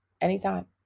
anytime